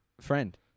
friend